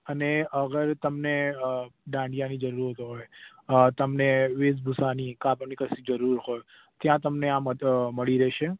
અને અગર તમને દાંડિયાની જરૂરત હોય તમને વેશભૂષાની કાપડની કશી જરૂર હોય ત્યાં તમને આ મદ મળી રહેશે